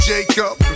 Jacob